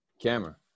Camera